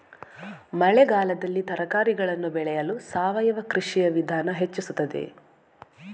ಮಳೆಗಾಲದಲ್ಲಿ ತರಕಾರಿಗಳನ್ನು ಬೆಳೆಯಲು ಸಾವಯವ ಕೃಷಿಯ ವಿಧಾನ ಹೆಚ್ಚಿಸುತ್ತದೆ?